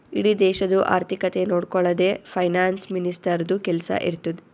ಇಡೀ ದೇಶದು ಆರ್ಥಿಕತೆ ನೊಡ್ಕೊಳದೆ ಫೈನಾನ್ಸ್ ಮಿನಿಸ್ಟರ್ದು ಕೆಲ್ಸಾ ಇರ್ತುದ್